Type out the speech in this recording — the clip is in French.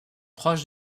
proches